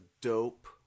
dope